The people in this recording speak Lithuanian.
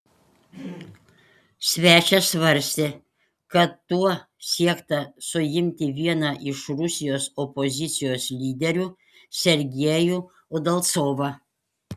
svečias svarstė kad tuo siekta suimti vieną iš rusijos opozicijos lyderių sergejų udalcovą